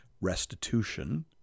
restitution